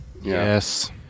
Yes